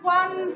one